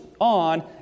on